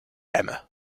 emma